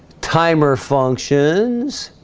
timer functions